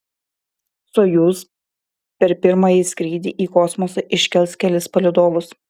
sojuz per pirmąjį skrydį į kosmosą iškels kelis palydovus